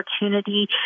opportunity